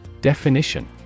Definition